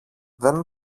δεν